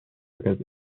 because